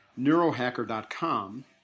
neurohacker.com